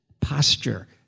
posture